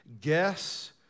Guess